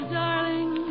darling